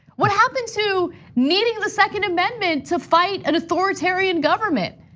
what happened to needing the second amendment to fight an authoritarian government?